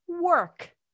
work